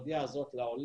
עכשיו,